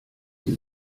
die